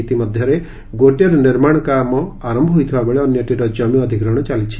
ଏଥିମଧ୍ଧରୁ ଗୋଟିଏର ନିର୍ମାଣ କାମ ଆର ହୋଇଥିବାବେଳେ ଅନ୍ୟଟିର ଜମି ଅଧିଗ୍ରହଶ ଚାଲିଛି